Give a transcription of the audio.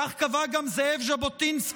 כך קבע גם זאב ז'בוטינסקי,